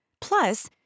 plus